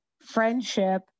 friendship